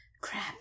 Crap